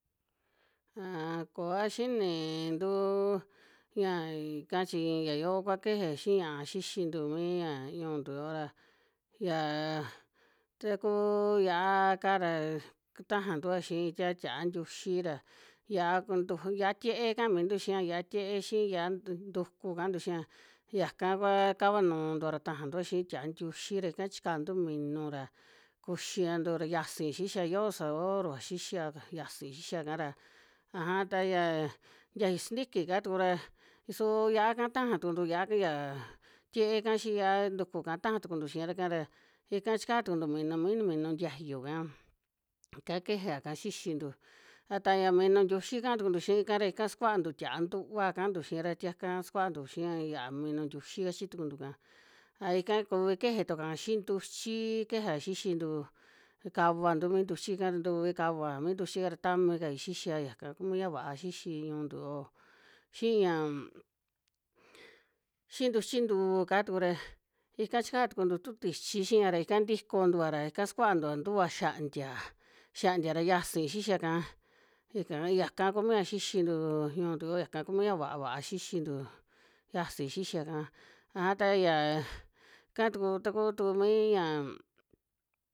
A koa xinintuu ñaka chi ya yoo kua keje xii ñaa xixintu mi ña ñu'untu yoo ra, yaa taku xia'ala ra katajantua xii tia tia'a ntiuxi ra yia'a ku ntuj yia'a tiee kaa mintu xia yia'a tiee xi yia'a ntu- ntuku kaantu xi'a, yaka kua kava nuu ntua ra tajantua xii tia'a ntiuxi ra ika chikantu minu ra kuxiantu ra yiasi xixia yoo saborva xixia, yasi xixia'ka ra. Aja ta yia ntiayu sintiki'ka tuku ra, suu yia'aka taja tukuntu yia'a ya tieeka xii yia'a ntuku taja tukuntu xiira ka ra, ika chika tukuntu minu, mi minu ntiayu'ka ika kejaka xixintu. A ta ya minu ntiuxi kaa tukuntu xii'ka ra, ika sukuantu tia'a ntúva kantu xiira tiaka sukuantu xiiya ya minu ntiuxi kachi tukuntu ika, aja ika kuvi keje tuaka xii ntuchii kejea xixintu, kavantu mi ntuchi'ka tuvi kava mi ntuchi'ka ra tami kai xixia, yaka ku mi ya vaa xixi ñu'untu yo'o, xii yam, xii ntuchi ntúu'ka tuku ra ika chika tukuntu tu tichi xiia ra ika ntikontua ra ika sukuantua ntua xiantia, xiantia ra yiasi xixia'ka, yika yaka ku mia xixintuu ñu'untu yoo, yaka ku mia vaa xixintu yiasi xixia'ka, aja ta ya kaan taku tuku mi ñam.